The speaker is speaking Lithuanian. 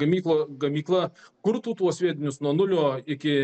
gamyklą gamykla kurtų tuos vietinius nuo nulio iki